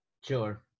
Sure